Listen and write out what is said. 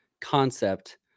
concept